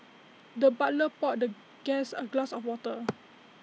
the butler poured the guest A glass of water